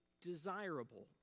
desirable